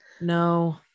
No